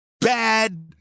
bad